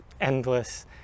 endless